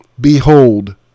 behold